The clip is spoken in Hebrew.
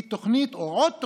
היא תוכנית, או עוד תוכנית,